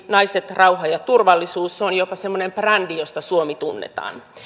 naiset rauha ja turvallisuus mukaisesti se on jopa semmoinen brändi josta suomi tunnetaan